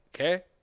okay